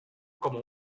como